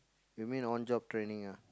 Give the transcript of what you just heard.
you mean on job training ah